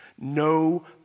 no